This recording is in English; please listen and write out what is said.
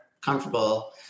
comfortable